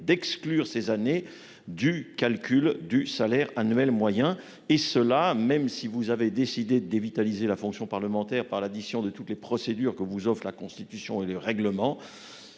d'exclure ces années du calcul du salaire annuel moyen, et ce même si vous avez décidé de dévitaliser la fonction parlementaire par l'addition de toutes les procédures que vous offrent la Constitution et le règlement.